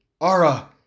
Ara